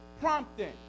prompting